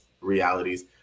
realities